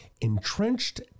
entrenched